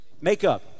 Makeup